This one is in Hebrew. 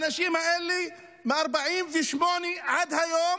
לאנשים האלה מ-1948 עד היום